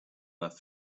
earth